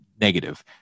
negative